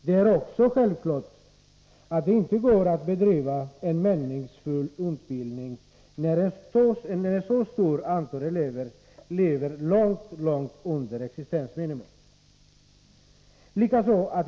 Det är också självklart att det inte går att bedriva en meningsfull utbildning när ett så stort antal elever lever långt under existensminimum.